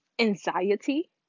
Anxiety